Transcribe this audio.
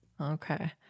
Okay